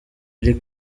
iri